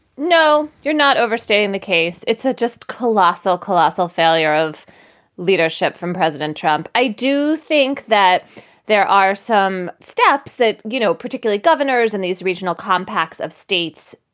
no, you're not overstating the case. it's a just colossal, colossal failure of leadership from president trump. i do think that there are some steps that, you know, particularly governors in these regional compacts of states,